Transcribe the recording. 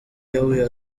yahuye